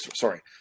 Sorry